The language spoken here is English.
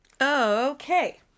Okay